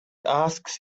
asks